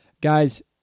Guys